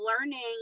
learning